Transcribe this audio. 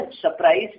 surprise